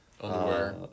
underwear